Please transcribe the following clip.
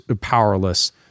powerless